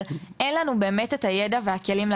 אבל אין לנו לא את הידע ולא את הכלים,